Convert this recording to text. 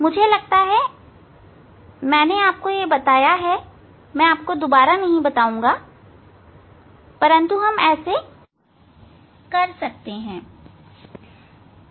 मुझे लगता है मैंने यह देखा है मैं इसे दोबारा नहीं बताऊंगा परंतु मैं ऐसे कर सकता हूं